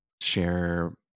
share